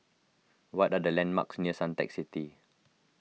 what are the landmarks near Suntec City